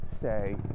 say